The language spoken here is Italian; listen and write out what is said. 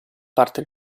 parte